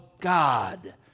God